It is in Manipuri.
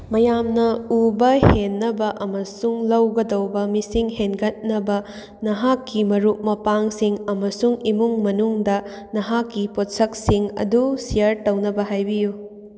ꯃꯌꯥꯝꯅ ꯎꯕ ꯍꯦꯟꯅꯕ ꯑꯃꯁꯨꯡ ꯂꯧꯒꯗꯧꯕ ꯃꯤꯁꯤꯡ ꯍꯦꯟꯒꯠꯅꯕ ꯅꯍꯥꯛꯀꯤ ꯃꯔꯨꯞ ꯃꯄꯥꯡꯁꯤꯡ ꯑꯃꯁꯨꯡ ꯏꯃꯨꯡ ꯃꯅꯨꯡꯗ ꯅꯍꯥꯛꯀꯤ ꯄꯣꯠꯁꯛꯁꯤꯡ ꯑꯗꯨ ꯁꯤꯌꯔ ꯇꯧꯅꯕ ꯍꯥꯏꯕꯤꯌꯨ